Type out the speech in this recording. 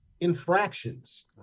infractions